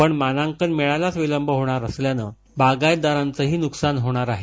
हे मानांकन मिळायलाच विलंब होणार असल्यानं बागायतदारांचंही नुकसान होणार आहे